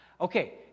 Okay